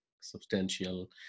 substantial